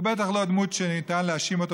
הוא בטח לא דמות שניתן להאשים אותה